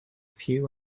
few